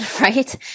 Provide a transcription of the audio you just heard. right